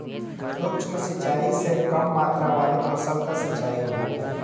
सूक्ष्म सिंचाई से कम मात्रा वाले फसल क सिंचाई होला